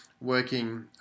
working